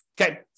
Okay